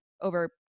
over